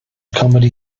comedy